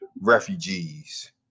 refugees